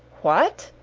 what!